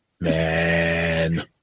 Man